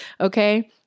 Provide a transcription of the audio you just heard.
okay